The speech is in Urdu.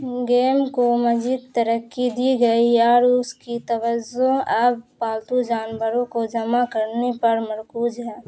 گیم کو مزید ترقی دی گئی اور اس کی توضو اب پالتو جانوروں کو جمع کرنے پر مرکوز ہے